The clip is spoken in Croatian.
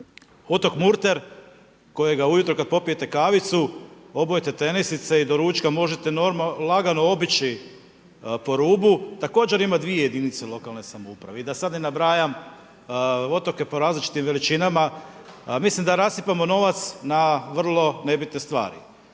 Otok Murter kojega ujutro kad popijete kavicu, obujete tenisice i do ručka možete lagano obići po rubu, također ima dvije jedinice lokalne samouprave. I da sad ne nabrajam otoke po različitim veličinama. Mislim da rasipamo novac na vrlo nebitne stvari.